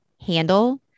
handle